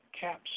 caps